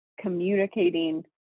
communicating